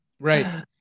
Right